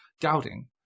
doubting